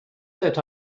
that